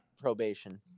probation